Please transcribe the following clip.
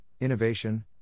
innovation